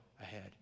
ahead